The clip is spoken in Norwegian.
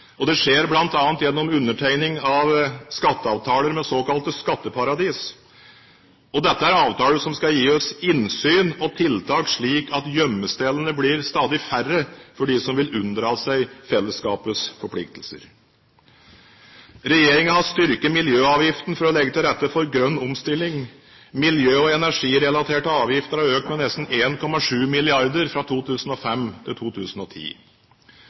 og det skjer bl.a. gjennom undertegning av skatteavtaler med såkalte skatteparadiser. Dette er avtaler som skal gi oss innsyn og tiltak slik at gjemmestedene blir stadig færre for dem som vil unndra seg fellesskapets forpliktelser. Regjeringen har styrket miljøavgiftene for å legge til rette for grønn omstilling. Miljø- og energirelaterte avgifter har økt med nesten 1,7 mrd. kr fra 2005 til 2010.